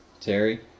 Terry